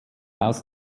aus